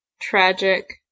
Tragic